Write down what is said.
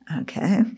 Okay